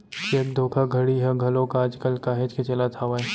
cheque धोखाघड़ी ह घलोक आज कल काहेच के चलत हावय